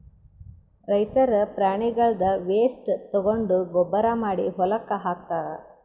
ರೈತರ್ ಪ್ರಾಣಿಗಳ್ದ್ ವೇಸ್ಟ್ ತಗೊಂಡ್ ಗೊಬ್ಬರ್ ಮಾಡಿ ಹೊಲಕ್ಕ್ ಹಾಕ್ತಾರ್